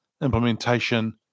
Implementation